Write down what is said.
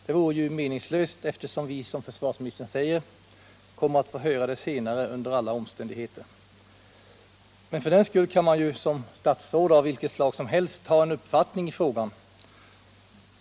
Det vore meningslöst, eftersom vi, som försvarsministern säger, under alla omständigheter kommer att få höra det senare. Men ändå kan man ju som statsråd av vilket slag som helst ha en uppfattning i frågan.